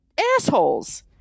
assholes